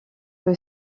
que